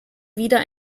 wieder